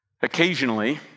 Occasionally